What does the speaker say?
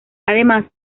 además